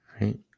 Right